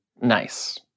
nice